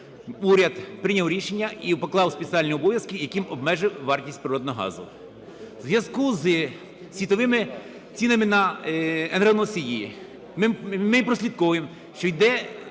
уряд прийняв рішення і поклав спеціальні обов'язки, яким обмежив вартість природного газу. В зв'язку зі світовими цінами на енергоносії ми прослідковуємо, що йде